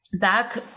back